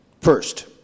first